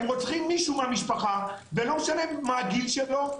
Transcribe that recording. הם רוצחים מישהו מהמשפחה, ולא משנה מה הגיל שלו.